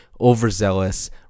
overzealous